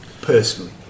personally